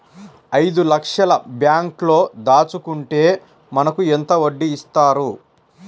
ఐదు లక్షల బ్యాంక్లో దాచుకుంటే మనకు ఎంత వడ్డీ ఇస్తారు?